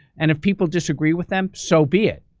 and if people disagree with them, so be it,